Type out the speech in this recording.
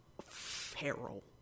feral